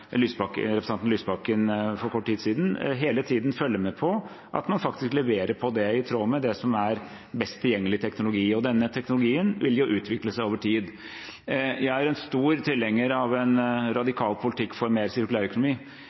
representanten Lysbakken for kort tid siden, hele tiden følge med på at man faktisk leverer på det, i tråd med det som er best tilgjengelig teknologi. Denne teknologien vil jo utvikle seg over tid. Jeg er en stor tilhenger av en radikal politikk for mer